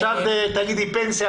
כשאת תגידי פנסיה,